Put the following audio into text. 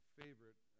favorite